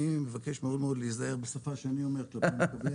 אני מבקש מאוד להיזהר בשפה שאני אומר למקבלי